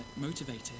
motivated